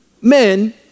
men